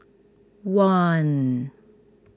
one